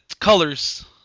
colors